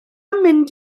mynd